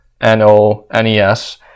N-O-N-E-S